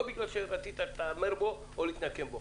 לא בגלל שרצית להתעמר בו או להתנקם בו.